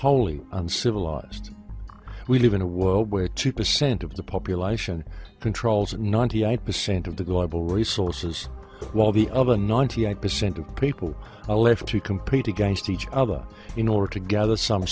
wholly civilized we live in a world where two percent of the population controls and ninety eight percent of the global resources while the other ninety eight percent of people are left to compete against each other in order to gather some